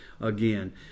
again